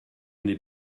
n’est